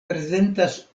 prezentas